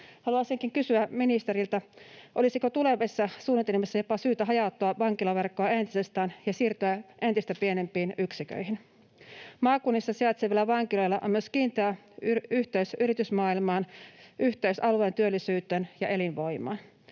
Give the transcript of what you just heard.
Haluaisinkin kysyä ministeriltä, olisiko tulevissa suunnitelmissa syytä jopa hajauttaa vankilaverkkoa entisestään ja siirtyä entistä pienempiin yksiköihin. Maakunnissa sijaitsevilla vankiloilla on myös kiinteä yhteys yritysmaailmaan, yhteys alueen työllisyyteen ja elinvoimaan.